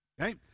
Okay